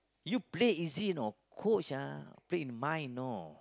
you play easy you know coach ah play in mind you know